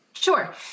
Sure